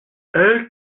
elle